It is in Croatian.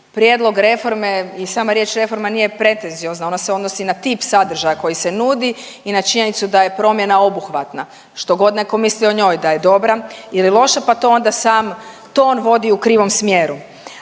Prijedlog reforme i sama riječ reforma nije pretenciozna ona se odnosi na tip sadržaja koji se nudi i na činjenicu da je promjena obuhvatna što god netko mislio o njoj da je dobra ili loša pa to ona sam, to on vodi u krivom smjeru.